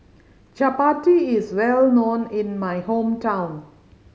chapati is well known in my hometown